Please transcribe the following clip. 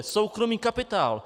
Soukromý kapitál!